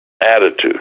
attitude